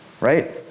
right